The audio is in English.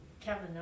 Kevin